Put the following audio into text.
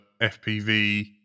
FPV